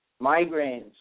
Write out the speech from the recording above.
migraines